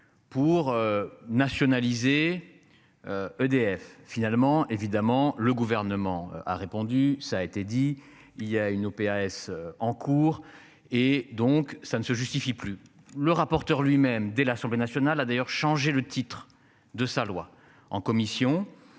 Pour. Nationaliser. EDF finalement évidemment le gouvernement a répondu, ça a été dit il y a une au PS en cours et donc ça ne se justifie plus. Le rapporteur lui-même dès l'Assemblée nationale a d'ailleurs changé le titre de sa loi en commission,